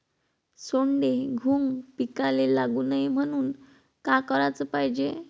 सोंडे, घुंग पिकाले लागू नये म्हनून का कराच पायजे?